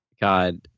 God